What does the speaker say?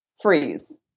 freeze